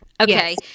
Okay